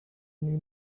new